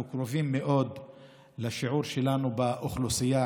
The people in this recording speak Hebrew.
אנחנו קרובים מאוד לשיעור שלנו באוכלוסייה,